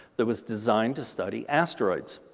that was designed to study asteroids.